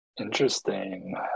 Interesting